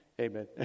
Amen